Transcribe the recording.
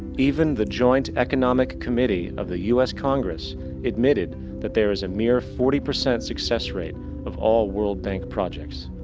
even the joint economic committee of the u s. congress admitted that there is a mere forty percent success rate of all world bank projects.